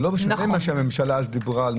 זה לא מה שהממשלה אז דיברה.